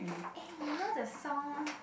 eh you know the song